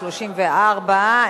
34,